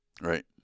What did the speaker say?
Right